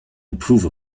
improve